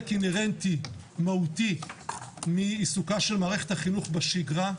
אינהרנטי מהותי מעיסוקה של מערכת החינוך בשגרה.